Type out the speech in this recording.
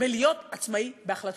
ולהיות עצמאי בהחלטותיו,